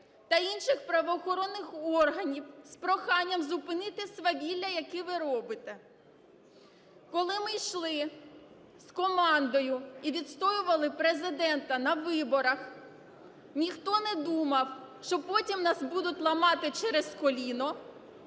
та інших правоохоронних органів з проханням зупинити свавілля, яке ви робите. Коли ми йшли з командою і відстоювали Президента на виборах, ніхто не думав, що потім нас будуть "ламати" через коліно